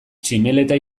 tximeleta